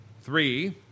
Three